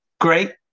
Great